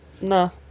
No